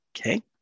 Okay